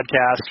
podcast